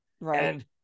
right